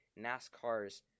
NASCAR's